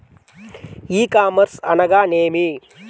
ఈ కామర్స్ అనగా నేమి?